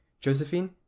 Josephine